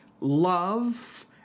love